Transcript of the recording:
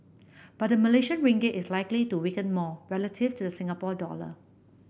but the Malaysian Ringgit is likely to weaken more relative to the Singapore dollar